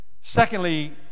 Secondly